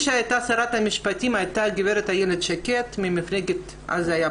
מי שהייתה שרת המשפטים אז הייתה הגב' איילת שקד מהבית היהודי.